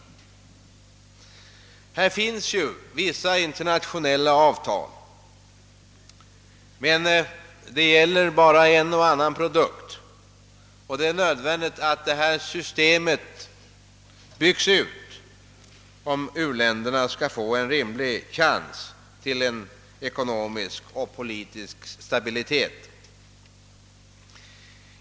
På detta område finns ju vissa internationella avtal. Men det gäller bara en och annan produkt, «och det är nödvändigt att detta system byggs ut, om u-länderna skall få en rimlig chans till ekonomisk och politisk stabilitet.